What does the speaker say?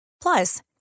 Plus